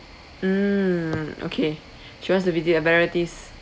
mm okay show us the video and varieties